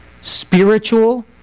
spiritual